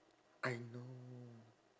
I know